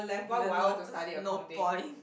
then no no point